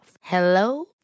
Hello